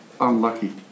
unlucky